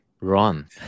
run